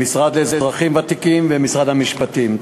המשרד לאזרחים ותיקים ומשרד המשפטים.